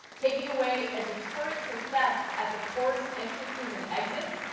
taking away a deterrent to theft at the porous entrances and exits.